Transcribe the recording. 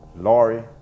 Laurie